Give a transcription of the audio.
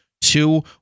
Two